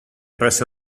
presso